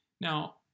Now